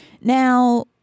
now